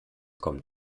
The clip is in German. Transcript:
kommt